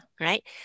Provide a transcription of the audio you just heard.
right